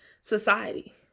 society